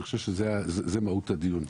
אני חושב שזאת מהות הדיון.